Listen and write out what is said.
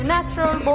Natural